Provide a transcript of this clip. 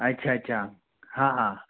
अच्छा अच्छा हाँ हाँ